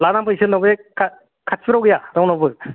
लाना फै सोरना बे खा खाथिफ्राव गैया रावनावबो